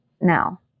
now